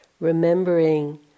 remembering